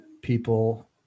people